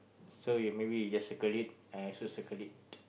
so you maybe you just circle it I also circle it